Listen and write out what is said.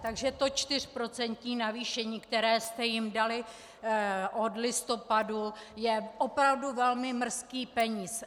Takže to čtyřprocentní navýšení, které jste jim dali od listopadu, je opravdu velmi mrzký peníz.